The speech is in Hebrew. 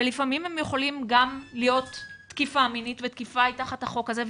ולפעמים הם יכולים גם להיות תקיפה מינית ותקיפה היא תחת החוק הזה,